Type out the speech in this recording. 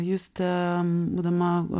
justė būdama